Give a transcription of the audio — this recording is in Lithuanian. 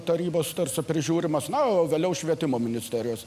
tarybos tarsi prižiūrimas na o vėliau švietimo ministerijos